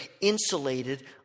insulated